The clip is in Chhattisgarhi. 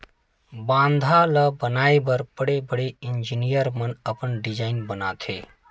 बांधा ल बनाए बर बड़े बड़े इजीनियर मन अपन डिजईन बनाथे